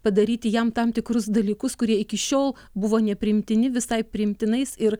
padaryti jam tam tikrus dalykus kurie iki šiol buvo nepriimtini visai priimtinais ir